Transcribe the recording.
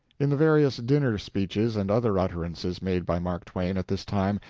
in the various dinner speeches and other utterances made by mark twain at this time,